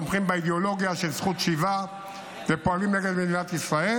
תומכים באידיאולוגיה של זכות השיבה ופועלים נגד מדינת ישראל.